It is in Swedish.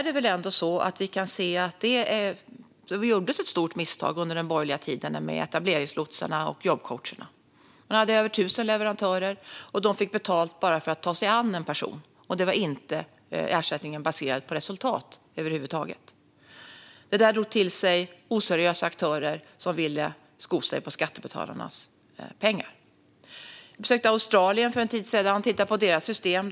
Det gjordes ett stort misstag under den borgerliga tiden med etableringslotsarna och jobbcoacherna. Men hade över 1 000 leverantörer, och de fick betalt bara för att ta sig an en person. Ersättningen var över huvud taget inte baserad på resultat. Detta drog till sig oseriösa aktörer som ville sko sig på skattebetalarnas pengar. Jag besökte Australien för en tid sedan och tittade på deras system.